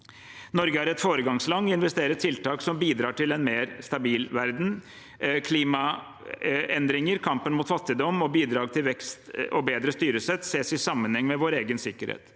Norge er et foregangsland i å investere i tiltak som bidrar til en mer stabil verden. Klimaendringer, kampen mot fattigdom og bidrag til vekst og bedre styresett ses i sammenheng med vår egen sikkerhet.